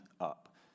up